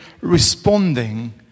responding